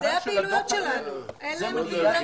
המטרה של הדוח הזה זו מניעת